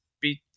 beat